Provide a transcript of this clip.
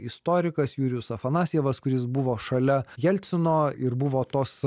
istorikas jurijus afanasjevas kuris buvo šalia jelcino ir buvo tos